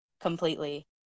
completely